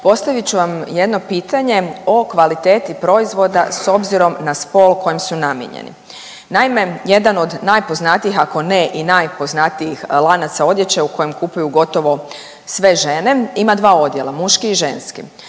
postavit ću vam jedno pitanje o kvaliteti proizvoda s obzirom na spol kojem su namijenjeni. Naime, jedan od najpoznatijih ako ne i najpoznatiji lanaca odjeće u kojem kupuju gotovo sve žene ima 2 odjela, muški i ženski.